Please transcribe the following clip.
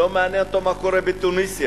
לא מעניין אותו מה קורה בתוניסיה,